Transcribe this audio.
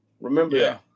Remember